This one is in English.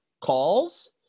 calls